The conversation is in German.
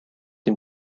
dem